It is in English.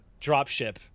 dropship